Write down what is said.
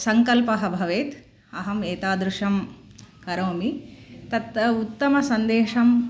सङ्कल्पः भवेत् अहम् एतादृशं करोमि तत् उत्तमसन्देशं